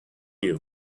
you